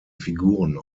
figuren